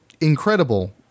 incredible